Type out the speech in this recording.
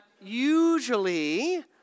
usually